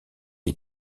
est